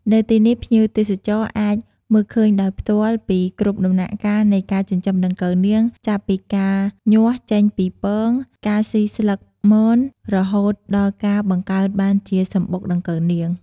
នៅទីនេះ ភ្ញៀវទេសចរអាចមើលឃើញដោយផ្ទាល់ពីគ្រប់ដំណាក់កាលនៃការចិញ្ចឹមដង្កូវនាង ចាប់ពីការញាស់ចេញពីពង ការស៊ីស្លឹកមនរហូតដល់ការបង្កើតបានជាសំបុកដង្កូវនាង ។